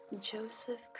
Joseph